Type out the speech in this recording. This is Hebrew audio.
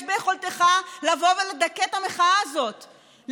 ביכולתך לבוא ולדכא את המחאה הזאת,